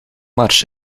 mars